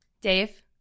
Dave